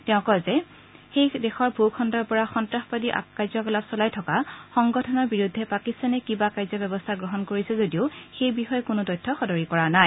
তেওঁ কয় যে সেই দেশৰ ভূখণ্ডৰ পৰা সন্তাসবাদী কাৰ্যকলাপ চলাই থকা সংগঠনৰ বিৰুদ্ধে পাকিস্তানে কিবা কাৰ্য ব্যৱস্থা গ্ৰহণ কৰিছে যদিও সেই বিষয়ে কোনো তথ্য সদৰী কৰা নাই